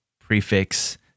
prefix